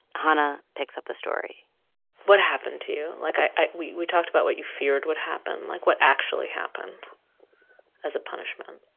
hanna picks up the story what happened to you? like, we we talked about what you feared would happen. like, what actually happened as a punishment?